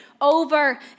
over